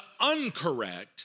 uncorrect